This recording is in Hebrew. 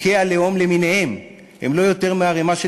חוקי הלאום למיניהם הם לא יותר מערמה של